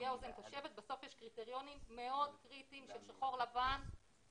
בסוף יש קריטריונים מאוד קריטיים של שחור לבן.